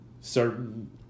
certain